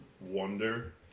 wonder